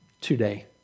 today